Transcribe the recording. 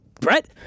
Brett